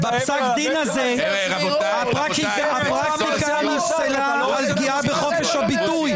--- בפסק הדין הזה הפרקטיקה נפסלה על פגיעה בחופש הביטוי.